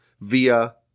via